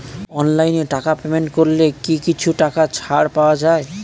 অনলাইনে টাকা পেমেন্ট করলে কি কিছু টাকা ছাড় পাওয়া যায়?